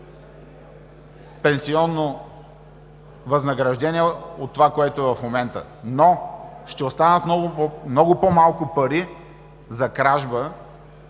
пенсионно възнаграждение от това, което е в момента, но ще останат много по-малко пари за кражба.